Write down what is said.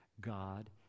God